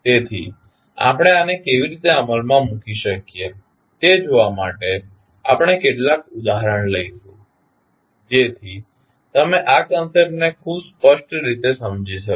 તેથી આપણે આને કેવી રીતે અમલમાં મૂકી શકીએ તે જોવા માટે આપણે કેટલાક ઉદાહરણો લઈશું જેથી તમે આ કંસેપ્ટ ને ખૂબ સ્પષ્ટ રીતે સમજી શકો